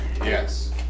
Yes